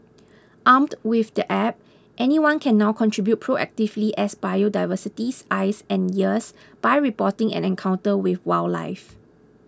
armed with the app anyone can now contribute proactively as biodiversity's eyes and ears by reporting an encounter with wildlife